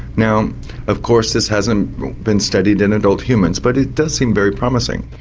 now of course this hasn't been studied in adult humans, but it does seem very promising.